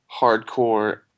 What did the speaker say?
hardcore